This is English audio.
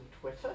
Twitter